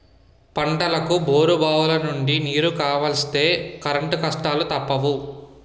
పంటలకు బోరుబావులనుండి నీరు కావలిస్తే కరెంటు కష్టాలూ తప్పవు